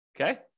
Okay